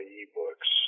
e-books